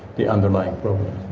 the underlying problem